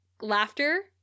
laughter